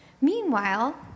Meanwhile